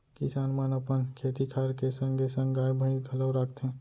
किसान मन अपन खेती खार के संगे संग गाय, भईंस घलौ राखथें